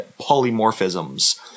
polymorphisms